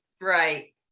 Right